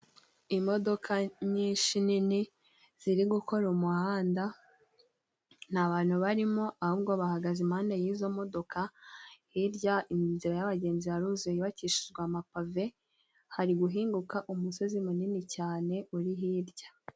Imodoka nyinshi nini ziri gukora umuhanda, nta bantu barimo, ahubwo bahagaze impande y'izo modoka, hirya ni inzira y'abagenzi hariho inzira yubakishijwe amapave, hari guhinguka umusozi munini cyane uri hirya.